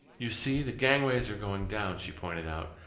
you see, the gangways are going down, she pointed out.